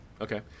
Okay